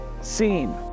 seen